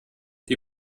die